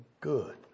good